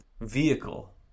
vehicle